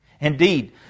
Indeed